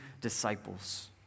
disciples